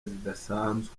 zidasanzwe